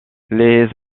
les